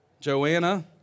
Joanna